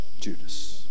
Judas